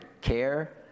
Care